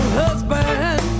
husband